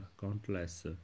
countless